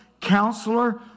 Counselor